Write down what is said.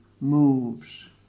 moves